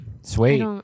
Sweet